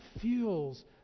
fuels